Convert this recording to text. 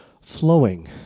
flowing